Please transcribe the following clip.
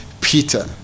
peter